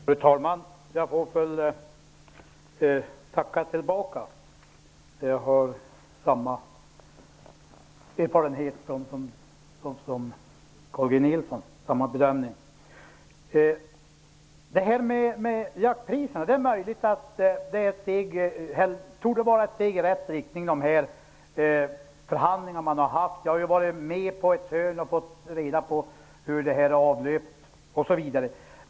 Fru talman! Jag får väl säga tack tillbaka. Jag har samma erfarenhet av samarbetet som Carl G Förhandlingarna om jaktpriserna torde vara ett steg i rätt riktning. Jag har varit med på ett hörn och har fått reda på hur det har avlöpt.